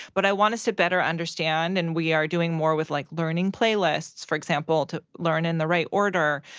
but i want us to better understand, and we are doing more with, like, learning playlists, for example, to learn in the right order.